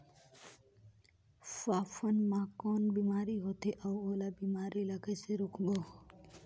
फाफण मा कौन बीमारी होथे अउ ओला बीमारी ला कइसे रोकबो?